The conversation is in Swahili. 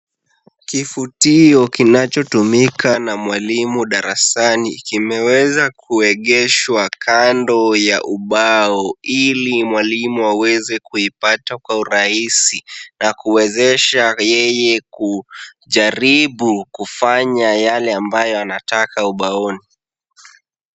Kifutio kinachotumika na mwalimu darasani kimeweza kuegeshwa kando ya ubao ili mwalimu aweze kuipata kwa urahisi na kuwezesha yeye kujaribu kufanya yale ambayo anataka ubaoni.